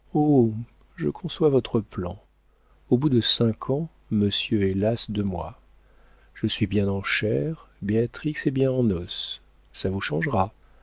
je conçois votre plan au bout de cinq ans monsieur est las de moi je suis bien en chair béatrix est bien en os ça vous changera